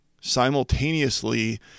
simultaneously